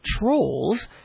Trolls